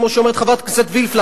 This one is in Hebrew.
כמו שאומרת חברת הכנסת וילף,